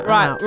Right